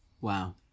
Wow